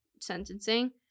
sentencing